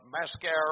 mascara